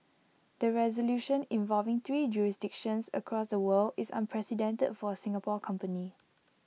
the resolution involving three jurisdictions across the world is unprecedented for A Singapore company